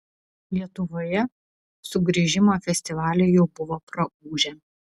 lietuvoje sugrįžimo festivaliai jau buvo praūžę